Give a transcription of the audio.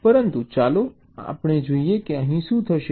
પરંતુ ચાલો જોઈએ કે અહીં શું થશે